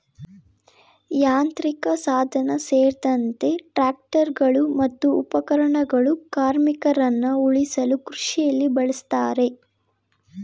ಯಾಂತ್ರಿಕಸಾಧನ ಸೇರ್ದಂತೆ ಟ್ರಾಕ್ಟರ್ಗಳು ಮತ್ತು ಉಪಕರಣಗಳು ಕಾರ್ಮಿಕರನ್ನ ಉಳಿಸಲು ಕೃಷಿಲಿ ಬಳುಸ್ತಾರೆ